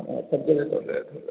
ꯊꯝꯖꯔꯦ ꯊꯝꯖꯔꯦ ꯊꯝꯖꯔꯦ